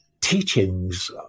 teachings